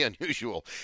unusual